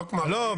לא כמו --- לא,